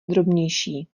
drobnější